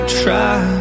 try